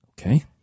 Okay